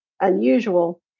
unusual